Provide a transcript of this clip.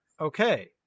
okay